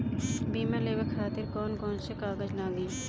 बीमा लेवे खातिर कौन कौन से कागज लगी?